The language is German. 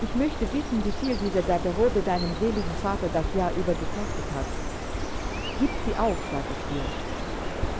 ich möchte wissen wieviel diese garderobe deinem seligen vater das jahr über gekostet hat gib sie auf sag ich dir